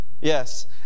Yes